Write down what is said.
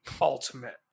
ultimate